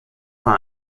war